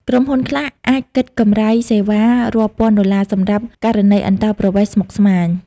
ក្រុមហ៊ុនខ្លះអាចគិតកម្រៃសេវារាប់ពាន់ដុល្លារសម្រាប់ករណីអន្តោប្រវេសន៍ស្មុគស្មាញ។